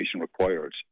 required